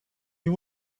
you